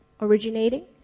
originating